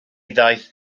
ddaeth